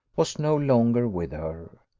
was no longer with her.